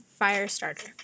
Firestarter